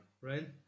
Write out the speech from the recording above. right